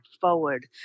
forward